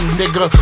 nigga